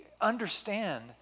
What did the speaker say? understand